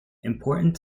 important